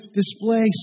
display